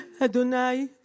Adonai